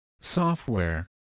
software